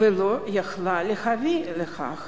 ולא יכלה להביא לכך.